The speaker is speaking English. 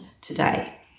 today